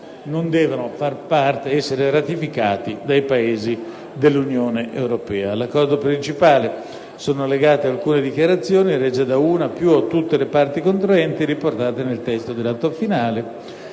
non devono ricevere ratifica da parte dei Paesi dell'Unione europea. All'accordo principale sono allegate alcune dichiarazioni, rese da una, più o tutte le parti contraenti, riportate nel testo dell'Atto finale.